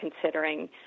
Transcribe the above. considering